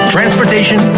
Transportation